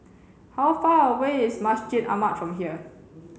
how far away is Masjid Ahmad from here